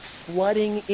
flooding